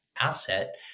asset